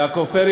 יעקב פרי,